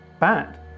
bad